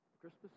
Christmas